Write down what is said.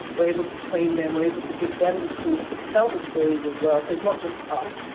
we're able to train them. we're able to give them the tools to tell the stories as well. so it's not just us.